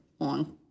on